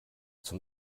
zum